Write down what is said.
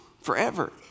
forever